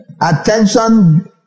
Attention